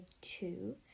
two